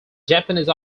japanese